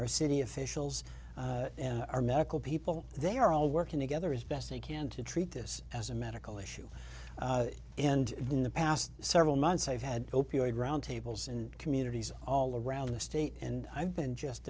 or city officials or medical people they are all working together as best they can to treat this as a medical issue and in the past several months i've had opioid roundtables in communities all around the state and i've been just